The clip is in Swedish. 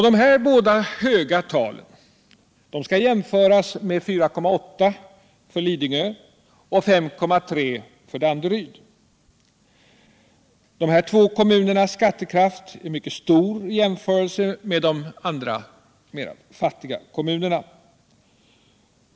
Dessa båda höga tal skall jämföras med 4,8 för Lidingö och 5,3 för Danderyd. De senare kommunernas skattekraft är mycket stor i jämförelse med de andra mer fattiga kommunerna.